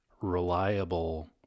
reliable